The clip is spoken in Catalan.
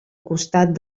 costat